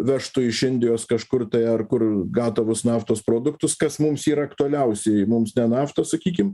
vežtų iš indijos kažkur tai ar kur gatavus naftos produktus kas mums yra aktualiausia į mums nafta sakykim